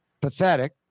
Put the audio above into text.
Pathetic